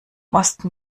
osten